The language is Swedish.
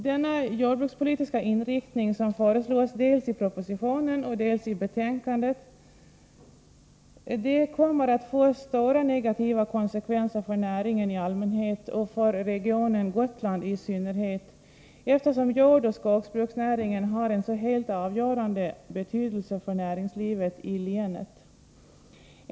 Denna jordbrukspolitiska inriktning — som föreslås dels i propositionen, dels i betänkandet — kommer att få stora negativa konsekvenser för näringen i allmänhet och för regionen Gotland i synnehet, eftersom jordoch skogsbruksnäringen har en så helt avgörande betydelse för näringslivet i länet.